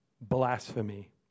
blasphemy